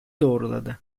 doğruladı